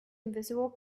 invisible